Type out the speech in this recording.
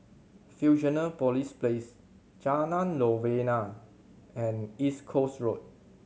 Fusionopolis Place Jalan Novena and East Coast Road